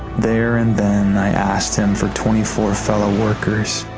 there and then, i asked him for twenty-four fellow workers,